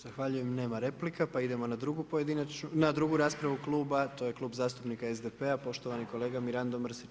Zahvaljujem, nema replika, pa idemo na drugu raspravu kluba, to je Klub zastupnika SDP-a, poštovani kolega Mirando Mrsić.